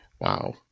Wow